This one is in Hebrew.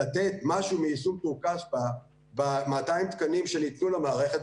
לתת משהו מיישום טור-כספא ב-200 התקנים שניתנו למערכת,